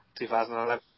2011